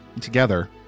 together